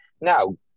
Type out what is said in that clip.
Now